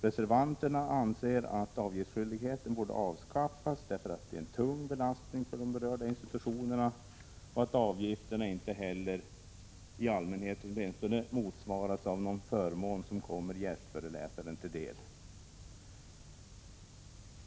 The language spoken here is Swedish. Reservanterna anser att avgiftsskyldigheten borde avskaffas, därför att detta är en tung belastning för de berörda institutionerna och att avgifterna inte heller — i allmänhet — motsvaras av någon förmån som kommer gästföreläsare till del.